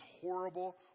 horrible